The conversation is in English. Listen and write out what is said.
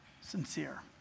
sincere